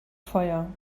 feuer